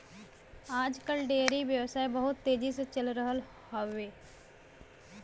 आज कल डेयरी व्यवसाय बहुत तेजी से चल रहल हौवे